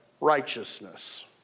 righteousness